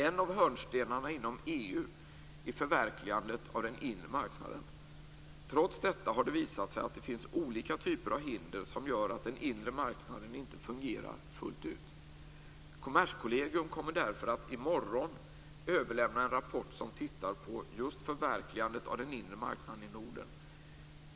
En av hörnstenarna inom EU är förverkligandet av den inre marknaden. Trots detta har det visat sig att det finns olika typer av hinder som gör att den inre marknaden inte fungerar fullt ut. Kommerskollegium kommer därför att i morgon överlämna en rapport där man tittar på just förverkligandet av den inre marknaden i Norden.